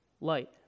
light